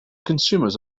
consumers